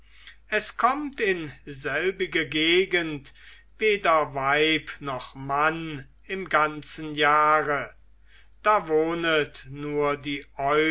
es kommt in selbige gegend weder weib noch mann im ganzen jahre da wohnet nur die